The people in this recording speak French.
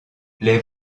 les